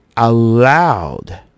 Allowed